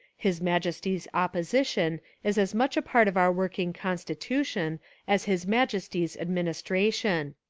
his majesty's opposition is as much a part of our working constitution as his majesty's admin istration.